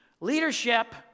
leadership